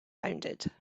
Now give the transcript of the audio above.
rounded